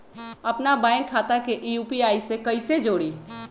अपना बैंक खाता के यू.पी.आई से कईसे जोड़ी?